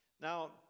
Now